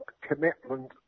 commitment